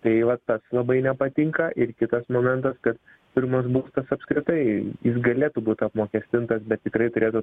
tai va tas labai nepatinka ir kitas momentas kad pirmas būstas apskritai jis galėtų būt apmokestintas bet tikrai turėtų